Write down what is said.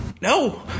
no